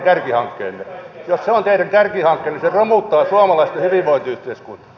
jos se on teidän kärkihankkeenne niin se romuttaa suomalaista hyvinvointiyhteiskuntaa